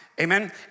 Amen